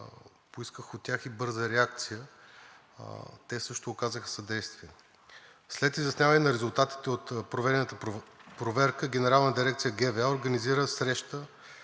поисках от тях и бърза реакция, те също оказаха съдействие. След изясняване на резултатите от проведената проверка, Генерална дирекция ГВА организира среща